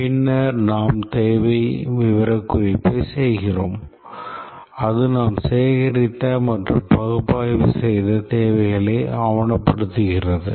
பின்னர் நாம் தேவை விவரக்குறிப்பைச் செய்கிறோம் அது நாம் சேகரித்த மற்றும் பகுப்பாய்வு செய்த தேவைகளை ஆவணப்படுத்துகிறது